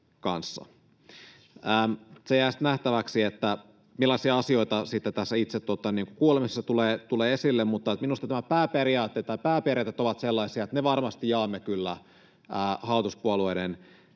sitten nähtäväksi, millaisia asioita itse tässä kuulemisessa tulee esille, mutta minusta nämä pääperiaatteet ovat sellaisia, että ne varmasti jaamme kyllä hallituspuolueiden